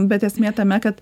bet esmė tame kad